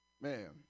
Man